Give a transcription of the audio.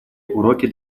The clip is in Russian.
уроки